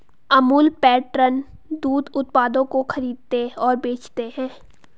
Amul pattern दूध उत्पादों की खरीदते और बेचते है